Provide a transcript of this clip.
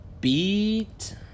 beat